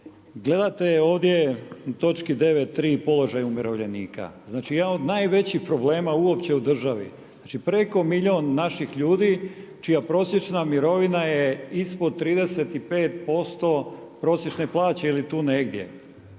Gledate ovdje u točki 9.3 položaj umirovljenika. Znači, jedan od najvećih problema uopće u državi, znači preko milijun naših ljudi čija prosječna mirovina je ispod 35% prosječne plaće ili tu negdje.